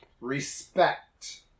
Respect